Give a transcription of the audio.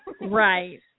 Right